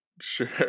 Sure